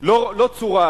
לא צורה,